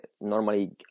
normally